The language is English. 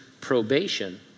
probation